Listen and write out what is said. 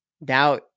Now